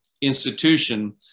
institution